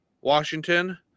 Washington